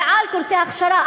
ועל קורסי הכשרה.